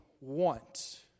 want